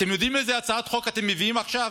אתם יודעים איזו הצעת חוק אתם מביאים עכשיו?